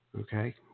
okay